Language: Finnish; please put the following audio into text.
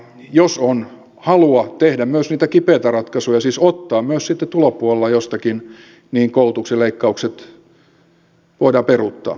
jos on halua tehdä myös niitä kipeitä ratkaisuja siis ottaa myös sitten tulopuolella jostakin niin koulutuksen leikkaukset voidaan peruuttaa